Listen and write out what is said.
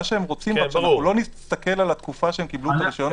מה שהם רוצים שלא נסתכל על התקופה שהם קיבלו את הרישיון הזמני.